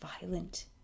violent